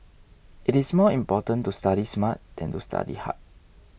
it is more important to study smart than to study hard